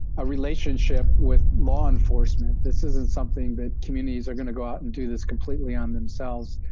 a relationship with law enforcement this isn't something that communities are going to go out and do this completely on themselves.